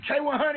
K100